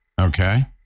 okay